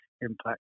impact